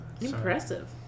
Impressive